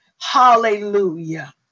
Hallelujah